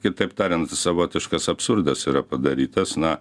kitaip tariant savotiškas absurdas yra padarytas na